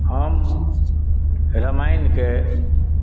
हम रामायणके